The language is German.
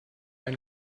ein